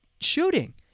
shooting